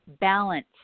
balance